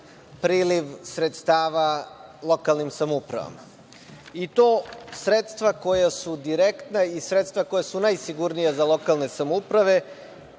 priliv sredstava lokalnim samoupravama i to sredstva koja su direktna i sredstva koja su najsigurnija za lokalne samouprave,